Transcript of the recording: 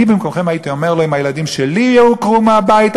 אני במקומכם הייתי אומר לו: אם הילדים שלי ייעקרו מהבית,